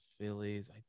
Phillies